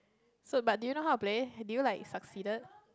so but did you know how to play did you like succeeded